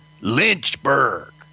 Lynchburg